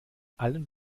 allen